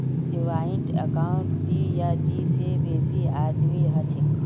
joint account दी या दी से बेसी आदमीर हछेक